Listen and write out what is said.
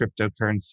cryptocurrency